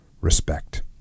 respect